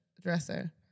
dresser